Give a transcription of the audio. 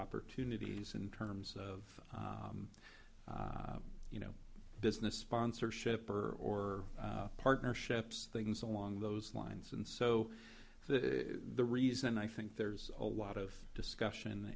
opportunities in terms of you know business sponsorship or or partnerships things along those lines and so the reason i think there's a lot of discussion